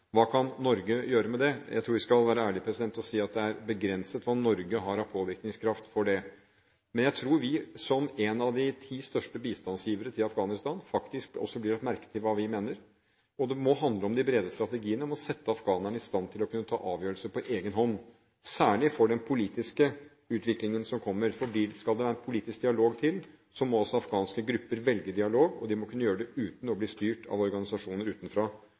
Hva kan Norge gjøre med det? Jeg tror vi skal være ærlige og si at det er begrenset hva Norge har av påvirkningskraft her. Men jeg tror, som en av de ti største bistandsgivere til Afghanistan, at det faktisk også blir lagt merke til hva vi mener. Det må handle om de brede strategiene om å sette afghanerne i stand til å kunne ta avgjørelser på egen hånd, særlig for den politiske utviklingen som kommer, for skal det politisk dialog til, må også afghanske grupper velge dialog, og de må kunne gjøre det uten å bli styrt av organisasjoner utenfra,